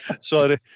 sorry